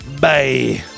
Bye